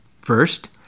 First